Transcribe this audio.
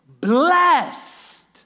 blessed